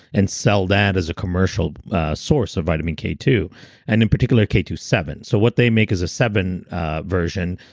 and sell that as a commercial source of vitamin k two zero and in particular k two seven. so what they make is a seven version.